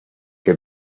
que